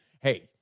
hey